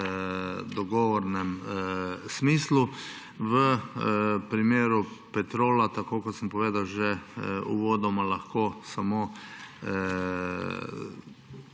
dogovornem smislu. V primeru Petrola, kot sem povedal že uvodoma, lahko